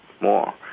more